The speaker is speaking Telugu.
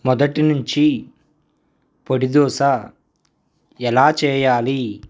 మొదటి నుంచి పొడి దోస ఎలా చేయాలి